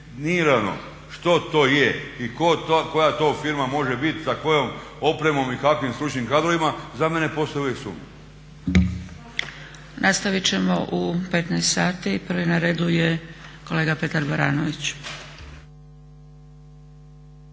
što to je i koja to firma može biti sa kojom opremom i kakvim stručnim kadrovima za mene postoji uvijek sumnja. **Zgrebec, Dragica (SDP)** Nastavit ćemo u 15,00 sati. Prvi na redu je kolega Petar Baranović.